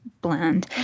blend